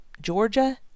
Georgia